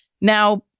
Now